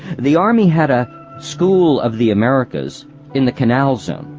the army had a school of the americas in the canal zone,